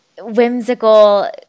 whimsical